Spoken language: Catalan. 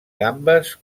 gambes